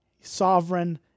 sovereign